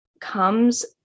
comes